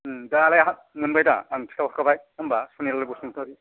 दालाय आंहा मोनबायदा आं खिथाहरखाबाय होम्बा सुनिलाल बसुमतारि